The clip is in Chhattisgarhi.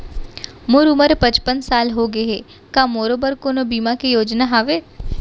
मोर उमर पचपन साल होगे हे, का मोरो बर कोनो बीमा के योजना हावे?